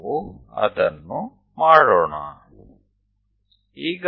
તો 5 પાસે પણ તે કરીએ